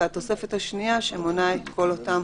והתוספת השנייה שמונה את כל אותם